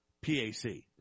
P-A-C